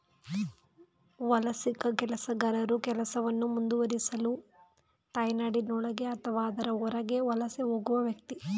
ವಲಸಿಗ ಕೆಲಸಗಾರನು ಕೆಲಸವನ್ನು ಮುಂದುವರಿಸಲು ತಾಯ್ನಾಡಿನೊಳಗೆ ಅಥವಾ ಅದರ ಹೊರಗೆ ವಲಸೆ ಹೋಗುವ ವ್ಯಕ್ತಿ